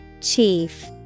Chief